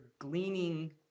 gleaning